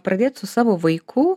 pradėt su savo vaiku